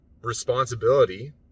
responsibility